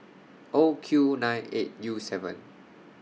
O Q nine eight U seven